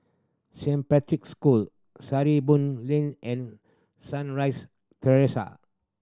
Saint Patrick's School Sarimbun Lane and Sunrise Terrace